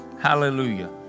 Hallelujah